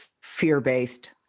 fear-based